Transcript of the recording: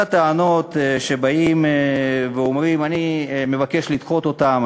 כל הטענות שבאים ואומרים, אני מבקש לדחות אותן.